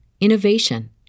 innovation